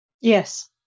Yes